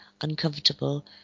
uncomfortable